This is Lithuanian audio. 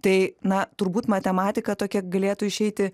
tai na turbūt matematika tokia galėtų išeiti